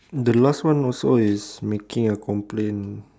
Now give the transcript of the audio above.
the last one also is making a complaint